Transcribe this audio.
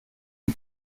die